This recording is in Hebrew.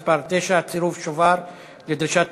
(מס' 9) (צירוף שובר לדרישת תשלום),